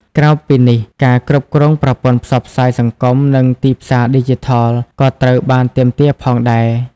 ក្រៅពីនេះ ការគ្រប់គ្រងប្រព័ន្ធផ្សព្វផ្សាយសង្គម និងទីផ្សារឌីជីថល ក៏ត្រូវបានទាមទារផងដែរ។